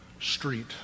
street